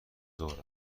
ظهر